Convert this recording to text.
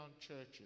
churches